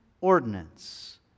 ordinance